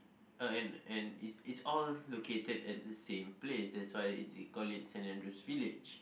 uh and and it's it's all located at the same place that's why it's they call it Saint-Andrew's village